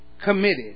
committed